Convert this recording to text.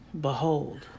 behold